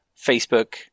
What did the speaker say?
Facebook